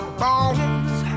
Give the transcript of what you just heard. bones